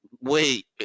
Wait